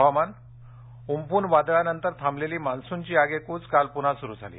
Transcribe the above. हवामान उमपून वादळानंतर थांबलेली मान्सूनची आगेकूच काल पुन्हा सुरू झाली